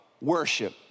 worship